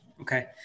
Okay